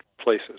places